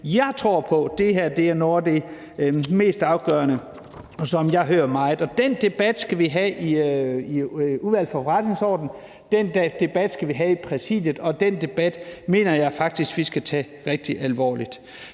Jeg tror på, at det her er noget af det mest afgørende, og det er noget, som jeg hører meget. Og den debat skal vi have i Udvalget for Forretningsordenen, den debat skal vi have i Præsidiet, og den debat mener jeg faktisk vi skal tage meget alvorligt.